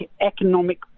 economic